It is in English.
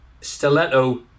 Stiletto